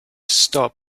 stop